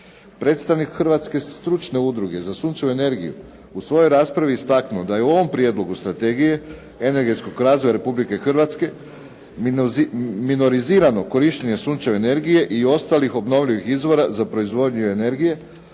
Predstavnik Hrvatske stručne udruge za sunčevu energiju u svojoj je raspravi istaknuo da je u ovom Prijedlogu strategije energetskog razvoja Republike Hrvatske minorizirano korištenje sunčeve energije i ostalih obnovljivih izvora za proizvodnju energije,